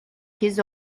his